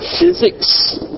physics